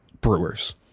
Brewers